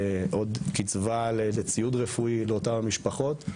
עוד קצבה לאיזה ציוד רפואי לאותם משפחות,